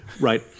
Right